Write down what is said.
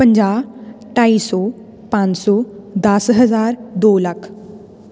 ਪੰਜਾਹ ਢਾਈ ਸੌ ਪੰਜ ਸੌ ਦੱਸ ਹਜ਼ਾਰ ਦੋ ਲੱਖ